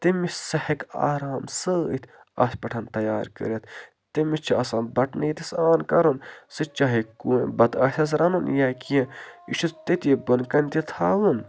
تٔمِس سٔہ ہیٚکہِ آرام سۭتۍ اَتھ پٮ۪ٹھ تیار کٔرِتھ تٔمِس چھِ آسان بَٹن ییٚتٮ۪س آن کَرُن سُہ چاہے بَتہٕ آسٮ۪س رَنُن یا کیٚنہہ یہِ چھُس تٔتی بۄنہٕ کَنہِ تہِ تھاوُن